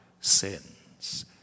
sins